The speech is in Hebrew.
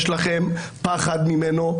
יש לכם פחד ממנו.